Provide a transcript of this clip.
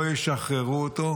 לא ישחררו אותו,